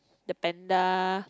the panda